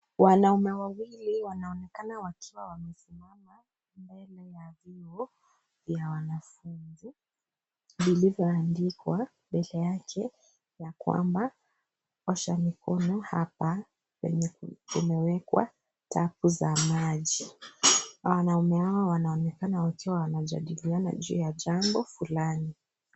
Wanaume wawili wanaonekana wakiwa wamesimama mbele ya choo ya wanafunzi lililoandikwa mbele yake ya kwamba osha mikono hapa kwenye kumewekwa tapu za maji wanaume hawo wanaonekana wakiwa wanjadiriana juu ya jambo fulani.